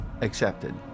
accepted